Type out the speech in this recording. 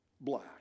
black